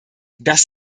das